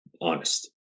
honest